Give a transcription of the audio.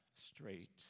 straight